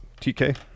TK